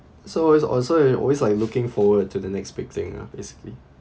so it's always on so you're always like looking forward to the next big thing ah basically